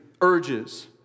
urges